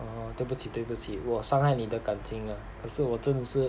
oh 对不起对不起我伤害你的感情了可是我真的是